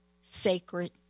sacred